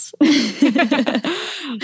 yes